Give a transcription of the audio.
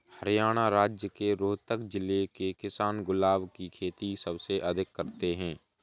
हरियाणा राज्य के रोहतक जिले के किसान गुलाब की खेती सबसे अधिक करते हैं